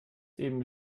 eben